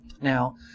Now